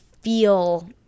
feel